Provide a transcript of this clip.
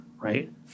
right